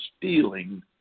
feeling